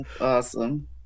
awesome